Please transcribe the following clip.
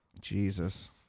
Jesus